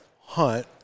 hunt